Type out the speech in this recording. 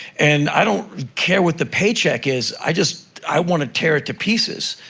and i don't care what the paycheck is. i just i want to tear it to pieces.